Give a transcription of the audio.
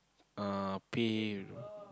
err pay